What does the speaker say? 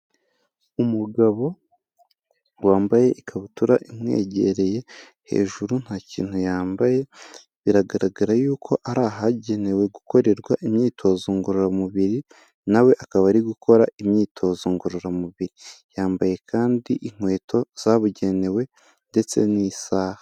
Umugabo wambaye ikabutura imwegereye, hejuru nta kintu yambaye, biragaragara y'uko ari ahagenewe gukorerwa imyitozo ngororamubiri, nawe akaba ari gukora imyitozo ngororamubiri, yambaye kandi inkweto zabugenewe ndetse n'isaha.